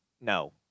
No